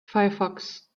firefox